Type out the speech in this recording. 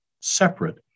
separate